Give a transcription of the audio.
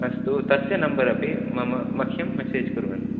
अस्तु तस्य नम्बर् अपि मम मह्यं मेसेज् कुर्वन्तु